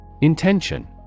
Intention